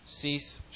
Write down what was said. Cease